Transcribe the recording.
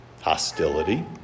hostility